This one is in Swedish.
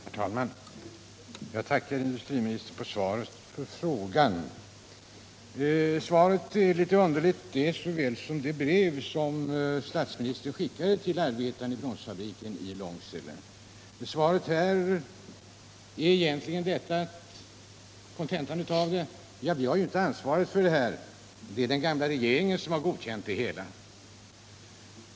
Herr talman! Jag tackar industriministern för svaret på frågan. Svaret är litet underligt lika väl som det brev som statsministern skickade till arbetarna vid Svenska Bromsbandsfabriken i Långsele. Kontentan av industriministerns svar är egentligen: Ja, vi har ju inte ansvaret för det här — det är den gamla regeringen som har godkänt det hela.